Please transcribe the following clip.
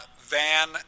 Van